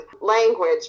language